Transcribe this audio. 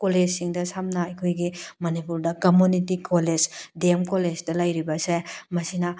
ꯀꯣꯂꯦꯖꯁꯤꯡꯗ ꯁꯝꯅ ꯑꯩꯈꯣꯏꯒꯤ ꯃꯅꯤꯄꯨꯔꯗ ꯀꯝꯃꯨꯅꯤꯇꯤ ꯀꯣꯂꯦꯖ ꯗꯦꯝ ꯀꯣꯂꯦꯖꯇ ꯂꯩꯔꯤꯕꯁꯦ ꯃꯁꯤꯅ